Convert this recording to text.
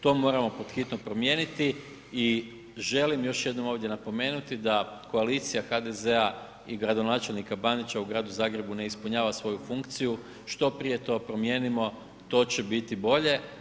To moramo pod hitno promijeniti i želim još jednom ovdje napomenuti da koalicija HDZ-a i gradonačelnika Bandića u gradu Zagrebu ne ispunjava svoju funkciju, što prije to promijenimo, to će biti bolje.